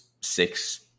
six